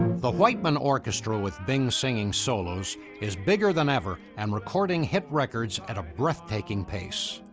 the whiteman orchestra with bing singing solos is bigger than ever and recording hit records at a breathtaking pace.